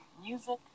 Music